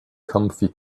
comfy